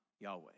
Yahweh